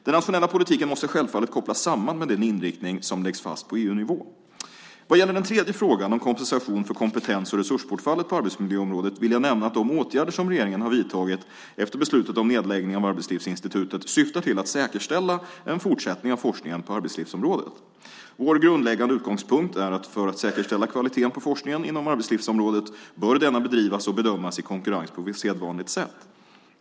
Den nationella politiken måste självfallet kopplas samman med den inriktning som läggs fast på EU-nivå. Vad gäller den tredje frågan om kompensation för kompetens och resursbortfallet på arbetsmiljöområdet vill jag nämna att de åtgärder som regeringen har vidtagit efter beslutet om nedläggning av Arbetslivsinstitutet syftar till att säkerställa en fortsättning av forskningen på arbetslivsområdet. Vår grundläggande utgångspunkt är att för att säkerställa kvaliteten på forskningen inom arbetslivsområdet bör denna bedrivas och bedömas i konkurrens på sedvanligt sätt.